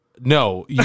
No